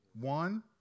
One